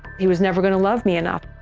he was never going to love me enough.